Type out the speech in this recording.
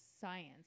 science